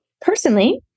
personally